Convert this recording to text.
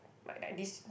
like like this